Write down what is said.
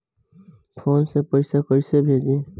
Phone से पैसा कैसे भेजी?